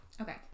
Okay